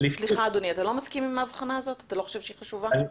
אתה לא חושב שהיא חשובה?